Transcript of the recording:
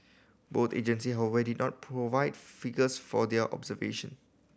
both agency how did not provide figures for their observation